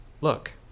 Look